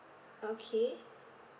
okay